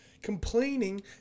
complaining